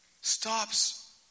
stops